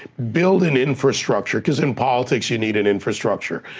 build an infrastructure, cause in politics you need an infrastructure,